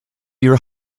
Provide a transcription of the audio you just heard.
your